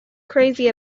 crazy